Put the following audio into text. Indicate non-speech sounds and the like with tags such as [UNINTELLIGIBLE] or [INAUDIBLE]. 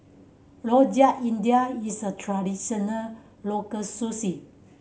Rojak India is a traditional local [UNINTELLIGIBLE]